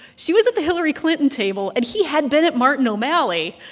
she was at the hillary clinton table, and he had been at martin o'malley.